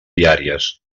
viàries